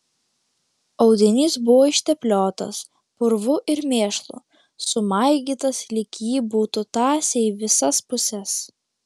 audinys buvo ištepliotas purvu ir mėšlu sumaigytas lyg jį būtų tąsę į visas puses